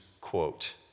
quote